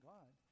God